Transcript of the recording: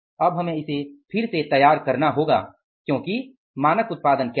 अब हमें इसे फिर से तैयार करना होगा क्योंकि मानक उत्पादन क्या था